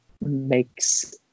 makes